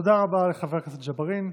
תודה רבה לחבר הכנסת ג'בארין.